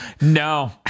no